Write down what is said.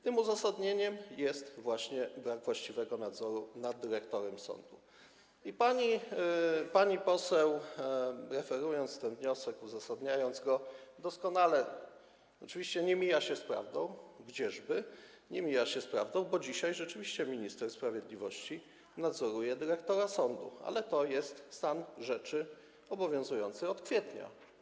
Tym uzasadnieniem jest właśnie brak właściwego nadzoru nad dyrektorem sądu i pani, pani poseł, referując ten wniosek, uzasadniając go, doskonale... oczywiście nie mija się z prawdą, gdzieżby, nie mija się z prawdą, bo dzisiaj rzeczywiście minister sprawiedliwości nadzoruje dyrektora sądu, ale to jest stan rzeczy obowiązujący od kwietnia.